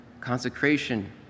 consecration